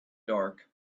dark